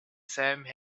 same